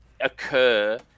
occur